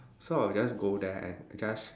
so I will just go there and just